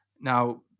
Now